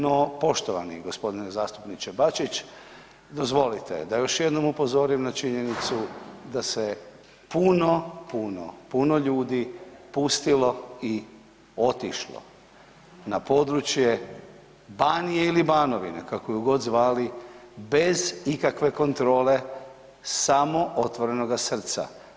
No, poštovani gospodine zastupniče Bačić dozvolite da još jednom upozorim na činjenicu da se puno, puno ljudi pustilo i otišlo na područje Banije ili Banovine kako je god zvali bez ikakve kontrole samo otvorenoga srca.